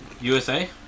USA